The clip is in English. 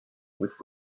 which